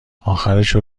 آخرشو